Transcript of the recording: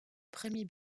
premier